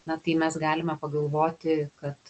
na tai mes galime pagalvoti kad